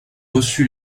reçu